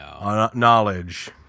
knowledge